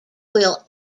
will